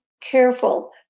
careful